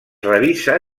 revisa